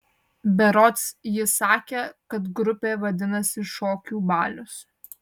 berods ji sakė kad grupė vadinasi šokių balius